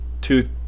two